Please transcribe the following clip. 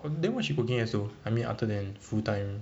but then what she working as though I mean other than full time